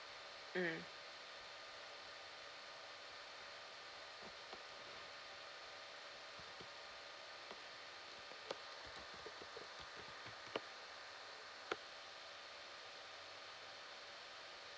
mm